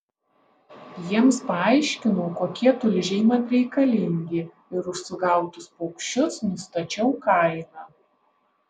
jiems paaiškinau kokie tulžiai man reikalingi ir už sugautus paukščius nustačiau kainą